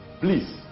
Please